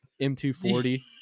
m240